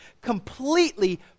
completely